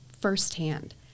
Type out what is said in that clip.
firsthand